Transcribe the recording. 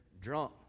drunk